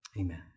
Amen